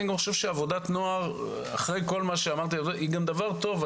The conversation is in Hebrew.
עבודת נוער היא גם דבר טוב.